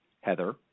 Heather